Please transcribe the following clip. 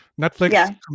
Netflix